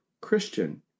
Christian